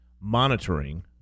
monitoring